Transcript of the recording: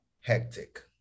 hectic